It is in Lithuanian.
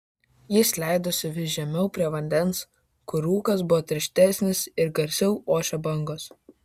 jis leidosi vis žemiau prie vandens kur rūkas buvo tirštesnis ir garsiau ošė bangos